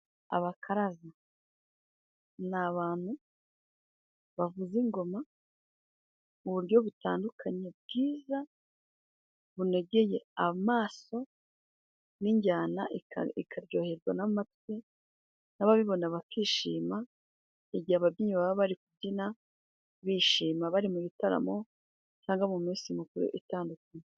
Abakaraza ni abantu bavuza ingoma mu buryo butandukanye bwiza, bunogeye amaso. N'injyana ikaryoherwa n'amatwi, n'ababibona bakishima, igihe ababyinnyi baba bari kubyina bishima, bari mu bitaramo cyangwa mu minsi mikuru itandukanye.l